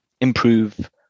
improve